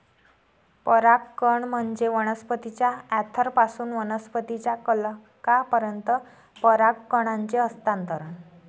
परागकण म्हणजे वनस्पतीच्या अँथरपासून वनस्पतीच्या कलंकापर्यंत परागकणांचे हस्तांतरण